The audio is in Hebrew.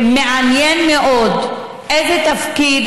מעניין מאוד איזה תפקיד,